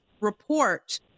report